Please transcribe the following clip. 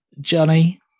Johnny